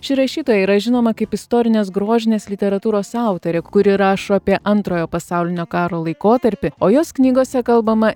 ši rašytoja yra žinoma kaip istorinės grožinės literatūros autorė kuri rašo apie antrojo pasaulinio karo laikotarpį o jos knygose kalbama